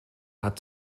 hat